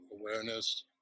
awareness